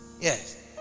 yes